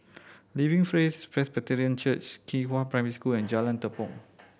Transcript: Living Praise Presbyterian Church Qihua Primary School and Jalan Tepong